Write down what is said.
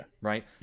Right